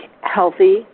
Healthy